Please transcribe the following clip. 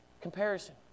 Comparison